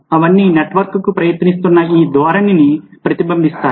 అవన్నీ నెట్వర్క్కు ప్రయత్నిస్తున్న ఈ ధోరణిని ప్రతిబింబిస్తాయి